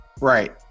Right